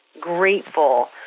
grateful